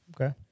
Okay